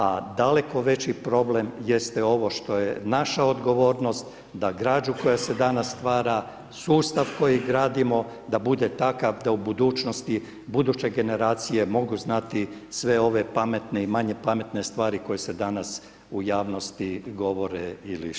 A daleko veći problem jeste ovo što je naša odgovornost da građu koja se danas stvara, sustav koji gradimo da bude takav da u budućnosti buduće generacije mogu znati sve ove pametne i manje pametne stvari koje se danas u javnosti govore ili šire.